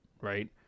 right